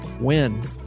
win